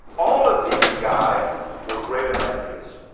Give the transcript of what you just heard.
all of these guys were great in ideas.